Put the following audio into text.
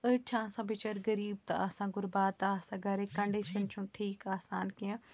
أڑۍ چھِ آسان بِچٲرۍ غریٖب تہٕ آسان غُربات آسان گَرکۍ کَنڈِشَن چھُنہٕ ٹھیٖک آسان کینٛہہ